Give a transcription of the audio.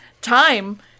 time